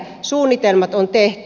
suunnitelmat on tehty